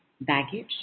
baggage